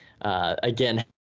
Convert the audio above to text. Again